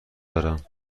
دارم